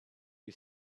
you